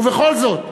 ובכל זאת,